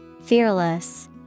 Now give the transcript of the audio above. Fearless